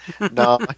No